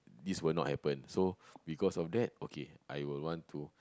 this will not happen so because of that okay I will want to